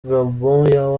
gbagbo